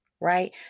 right